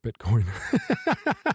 Bitcoin